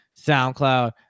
soundcloud